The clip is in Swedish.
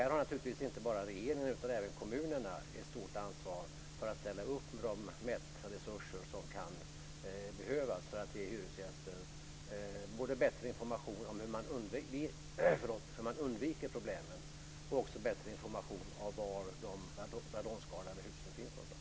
Här har naturligtvis inte bara regeringen utan även kommunerna ett stort ansvar för att ställa upp med de mätresurser som kan behövas för att ge hyresgäster bättre information om hur man undviker problemen och information om var de radonskadade husen finns någonstans.